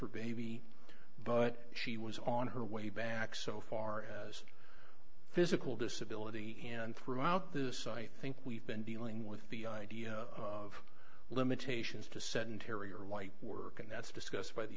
her baby but she was on her way back so far as physical disability and throughout the site think we've been dealing with the idea of limitations to sedentary or light work and that's discussed by the